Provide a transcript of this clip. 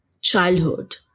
childhood